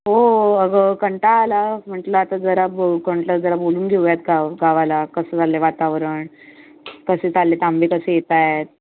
हो अगं कंटाळा आला म्हटलं आता जरा बो कंटाळा जरा बोलून घेऊयात गाव गावाला कसं झालं आहे वातावरण कसे चालले आहेत आंबे कसे येत आहेत